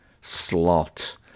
slot